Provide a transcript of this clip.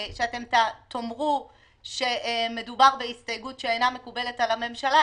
שתאמרו שמדובר בהסתייגות שאינה מקובלת על הממשלה,